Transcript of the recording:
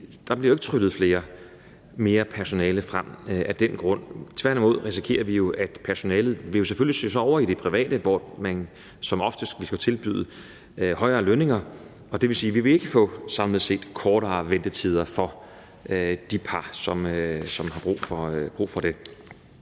der bliver jo ikke tryllet mere personale frem af den grund. Tværtimod risikerer vi jo, at personalet selvfølgelig vil søge over i det private, hvor man som oftest vil kunne tilbyde højere lønninger, og det vil sige, at vi samlet set ikke vil få kortere ventetider for de par, som har brug for det.